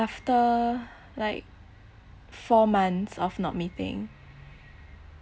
after like four months of not meeting